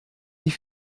ich